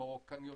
כמו קניונים.